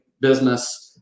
business